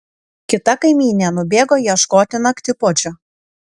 kita kaimynė nubėgo ieškoti naktipuodžio